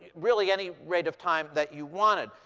really, any rate of time that you wanted.